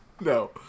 No